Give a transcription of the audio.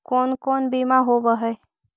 कोन कोन बिमा होवय है?